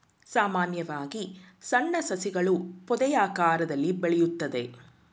ಸಾಮಾನ್ಯವಾಗಿ ಸಣ್ಣ ಸಸಿಗಳು ಪೊದೆಯಾಕಾರದಲ್ಲಿ ಬೆಳೆಯುತ್ತದೆ